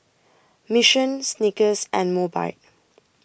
Mission Snickers and Mobike